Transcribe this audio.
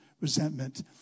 resentment